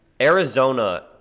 Arizona